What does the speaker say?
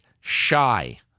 shy